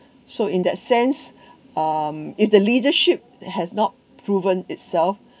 so in that sense um if the leadership has not proven itself